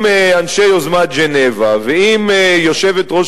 אם אנשי יוזמת ז'נבה ואם יושבת-ראש